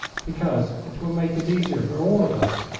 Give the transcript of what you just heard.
because it will make it easier for all of us.